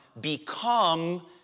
become